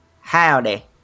howdy